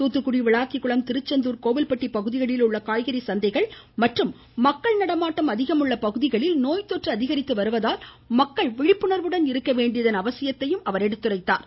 தூத்துக்குடி விளாத்திகுளம் திருச்செந்தூர் கோவில்பட்டி பகுதிகளில் உள்ள காய்கறி சந்தைகள் மற்றும் மக்கள் நடமாட்டம் அதிகம் உள்ள பகுதிகளில் நோய் தொற்று அதிகரித்து அவருவதால் மக்கள் விழிப்புணர்வுடன் இருக்க வேண்டியதன் அவசியத்தையும் அவர் அறிவுறுத்தினார்